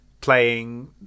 playing